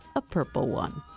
a purple one